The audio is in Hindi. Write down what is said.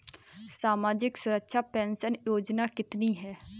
सामाजिक सुरक्षा पेंशन योजना कितनी हैं?